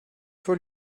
faut